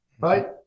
right